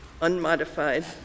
unmodified